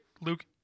Luke